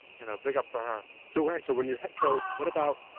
you know. big up for her. so, right. so when you, so, what about,